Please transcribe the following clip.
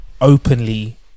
openly